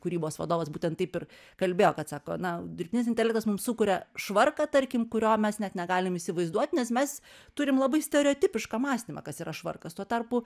kūrybos vadovas būtent taip ir kalbėjo kad sako na dirbtinis intelektas mums sukuria švarką tarkim kurio mes net negalim įsivaizduot nes mes turim labai stereotipišką mąstymą kas yra švarkas tuo tarpu